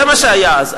זה מה שהיה אז.